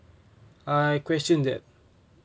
I questioned it